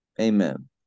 Amen